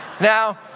Now